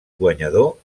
guanyador